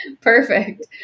Perfect